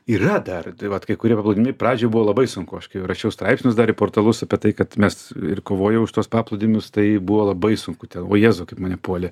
yra dar tai vat kai kurie paplūdimiai pradžių buvo labai sunku aš kai rašiau straipsnius dar į portalus apie tai kad mes ir kovojau už tuos paplūdimius tai buvo labai sunku o jėzau kaip mane puolė